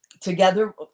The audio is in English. together